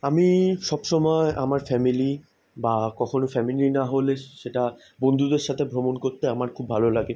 আমি সব সময় আমার ফ্যামিলি বা কখনো ফ্যামিলির না হলে সেটা বন্ধুদের সাথে ভ্রমণ করতে আমার খুব ভালো লাগে